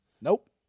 Nope